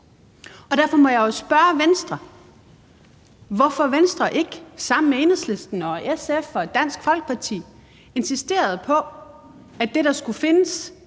Derfor må jeg jo spørge Venstre om, hvorfor Venstre ikke sammen med Enhedslisten, SF og Dansk Folkeparti insisterede på, at det, der skulle findes,